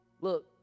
Look